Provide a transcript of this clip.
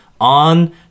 on